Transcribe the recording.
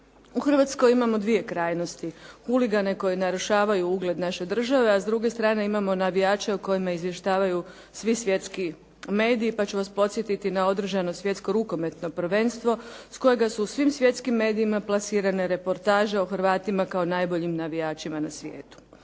U Hrvatskoj imamo dvije krajnosti, huligane koji narušavaju ugled naše države, a s druge strane imamo navijače o kojima izvještavaju svi svjetski mediji, pa ću vas podsjetiti na održano Svjetsko rukometno prvenstvo s kojega su u svim svjetskim medijima plasirane reportaže o Hrvatima kao najboljim navijačima na svijetu.